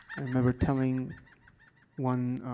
i remember telling one,